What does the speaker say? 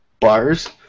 bars